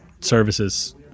services